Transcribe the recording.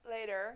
later